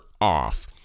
off